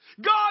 God